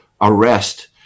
arrest